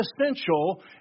essential